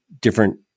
different